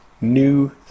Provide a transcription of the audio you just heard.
new